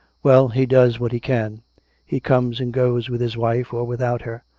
well, he does what he can he comes and goes with his wife or without her.